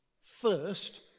First